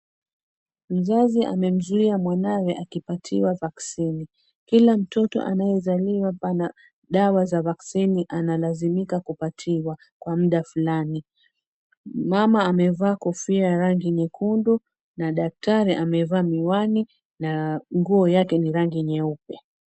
Mzazi amemzuia mwanawe akimpatia vaccine kila mtoto anayezaliwa ana dawa za vaccine analazimika kupatiwa kwa mida fulani, mama amevalia kofia ya rangi nyekundu na daktari amevaa miwani na nguo yake ni rangi nyeupe .